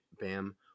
Bam